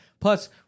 Plus